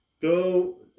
Go